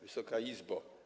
Wysoka Izbo!